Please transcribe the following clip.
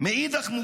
מאידך גיסא,